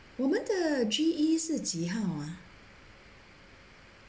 我们的 G_E 是几号啊